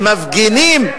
שמפגינים,